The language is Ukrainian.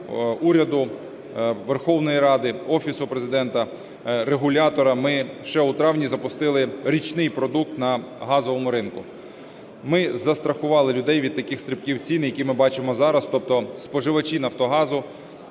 уряду, Верховної Ради, Офісу Президента, регулятора ми ще у травні запустили річний продукт на газовому ринку. Ми застрахували людей від таких стрибків цін, які ми бачимо зараз. Тобто споживачі Нафтогазу